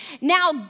now